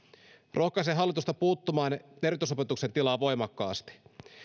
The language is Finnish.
rohkaisen hallitusta puuttumaan erityisopetuksen tilaan voimakkaasti